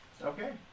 Okay